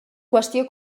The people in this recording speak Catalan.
qüestió